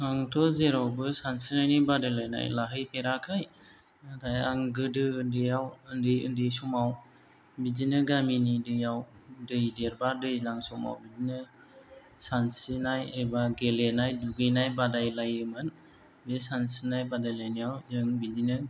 आंथ' जेरावबो सानस्रिनायनि बादायलायनाय लाहैफेराखै नाथाय आं गोदो उन्दैआव उन्दै उन्दै समाव बिदिनो गामिनि दैयाव दै देरबा दैज्लां समाव बिदिनो सानस्रिनाय एबा गेलेनाय दुगैनाय बादायलायोमोन बे सानस्रिनाय बादायलायनायाव जों बिदिनो